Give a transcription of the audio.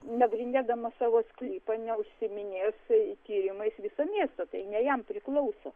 nagrinėdamas savo sklypą neužsiiminės tyrimais viso miesto tai ne jam priklauso